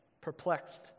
perplexed